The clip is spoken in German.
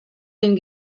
den